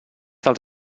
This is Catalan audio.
dels